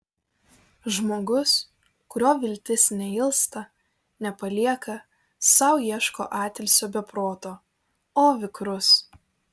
žmogus kurio viltis neilsta nepalieka sau ieško atilsio be proto o vikrus